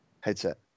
headset